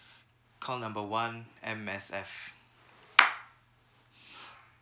call number one M_S_F